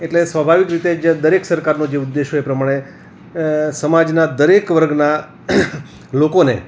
એટલે સ્વભાવિક રીતે જે દરેક સરકારનો જે ઉદ્દેશ્ય હોય એ પ્રમાણે સમાજના દરેક વર્ગના લોકોને